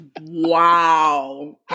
Wow